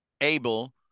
able